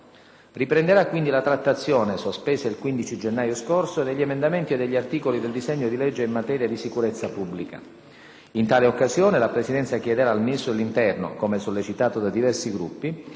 Riprenderà quindi la trattazione, sospesa il 15 gennaio scorso, degli emendamenti e degli articoli del disegno di legge in materia di sicurezza pubblica. In tale occasione la Presidenza chiederà al Ministro dell'interno - come sollecitato da diversi Gruppi